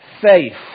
faith